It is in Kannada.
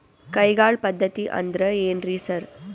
ಕೈಗಾಳ್ ಪದ್ಧತಿ ಅಂದ್ರ್ ಏನ್ರಿ ಸರ್?